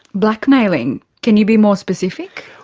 blackmailing? can you be more specific?